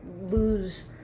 lose